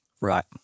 Right